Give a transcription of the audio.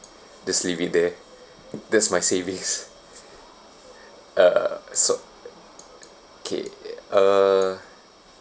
just leave it there that's my savings uh so kay uh